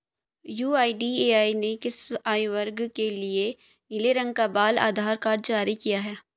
UIDAI ने किस आयु वर्ग के लिए नीले रंग का बाल आधार कार्ड जारी किया है?